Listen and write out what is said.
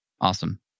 awesome